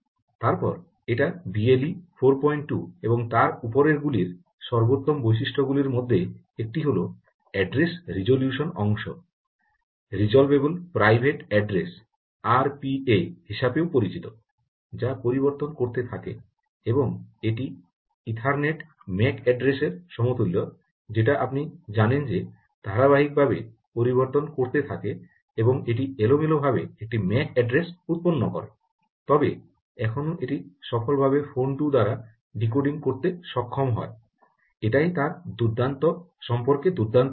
তারপর এটা বিএলই 42 এবং তার উপরের গুলির সর্বোত্তম বৈশিষ্ট্যগুলির মধ্যে একটি হল অ্যাড্রেস রেজোলিউশন অংশ রিজর্ভেবল প্রাইভেট অ্যাড্রেস আরপিএর হিসাবেও পরিচিত যা পরিবর্তন করতে থাকে এবং এটি ইথারনেটের ম্যাক এড্রেস এর সমতুল্য যেটা আপনি জানেন যে ধারাবাহিকভাবে পরিবর্তন করতে থাকে এবং এটি এলোমেলোভাবে একটি ম্যাক অ্যাড্রেস উত্পন্ন করে তবে এখনও এটি সফলভাবে ফোন 2 দ্বারা ডিকোডিং করতে সক্ষম হয় এটাই তার সম্পর্কে দুর্দান্ত জিনিস